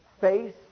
face